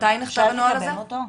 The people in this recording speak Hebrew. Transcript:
אפשר לקבל אותו?